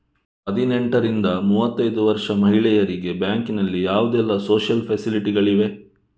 ಹದಿನೆಂಟರಿಂದ ಮೂವತ್ತೈದು ವರ್ಷ ಮಹಿಳೆಯರಿಗೆ ಬ್ಯಾಂಕಿನಲ್ಲಿ ಯಾವುದೆಲ್ಲ ಸೋಶಿಯಲ್ ಫೆಸಿಲಿಟಿ ಗಳಿವೆ?